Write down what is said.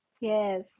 yes